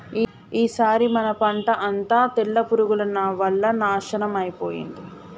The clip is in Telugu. ఈసారి మన పంట అంతా తెల్ల పురుగుల వల్ల నాశనం అయిపోయింది